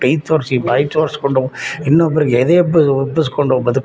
ಕೈ ತೋರಿಸಿ ಬಾಯಿ ತೋರಿಸ್ಕೊಂಡು ಇನ್ನೊಬ್ಬರಿಗೆ ಎದೆ ಉಬ್ಬಿ ಉಬ್ಬಿಸಿಕೊಂಡು ಬದುಕಿ